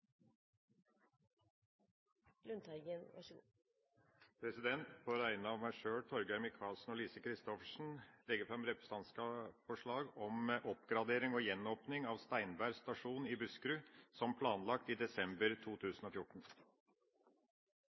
på vegne av meg sjøl, Torgeir Micaelsen og Lise Christoffersen legge fram representantforslag om oppgradering og gjenåpning av Steinberg stasjon i Buskerud, som planlagt i desember 2014.